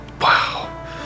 Wow